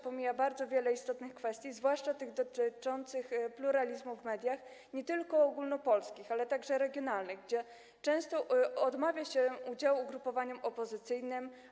Pomija jednak bardzo wiele istotnych kwestii, zwłaszcza tych dotyczących pluralizmu w mediach zarówno ogólnopolskich, jak i regionalnych, gdzie często odmawia się udziału ugrupowaniom opozycyjnym.